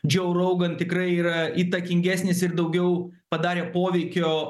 joe rogan tikrai yra įtakingesnis ir daugiau padarė poveikio